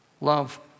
love